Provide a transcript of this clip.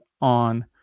on